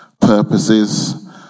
purposes